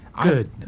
Good